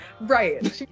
Right